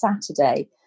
Saturday